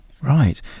Right